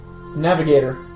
Navigator